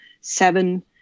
seven